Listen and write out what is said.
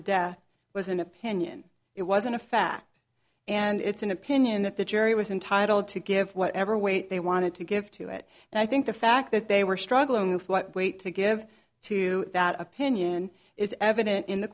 the death was an opinion it wasn't a fact and it's an opinion that the jury was entitled to give whatever weight they wanted to give to it and i think the fact that they were struggling with what weight to give to that opinion is evident in the